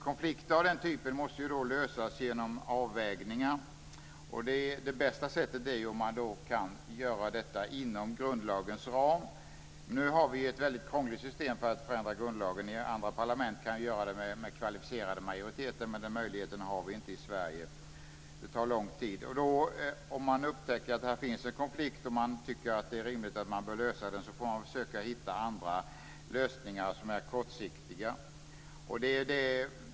Konflikter av den typen måste lösas genom avvägningar. Det bästa sättet är om man kan göra det inom grundlagens ram. Nu har vi ett väldigt krångligt system för att förändra grundlagen. Andra parlament kan göra det med kvalificerade majoriteter, men den möjligheten har vi inte i Sverige. Det tar lång tid. Om man upptäcker att det finns en konflikt och tycker att det är rimligt att man bör lösa den får man försöka hitta andra lösningar som är kortsiktiga.